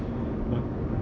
ya